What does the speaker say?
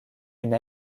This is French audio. une